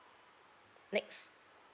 next